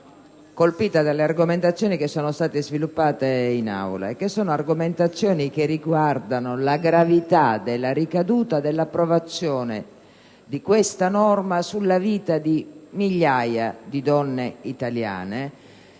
colpita dalle argomentazioni che sono state sviluppate in Aula e che riguardano la gravità della ricaduta dell'approvazione di questa norma sulla vita di migliaia di donne italiane,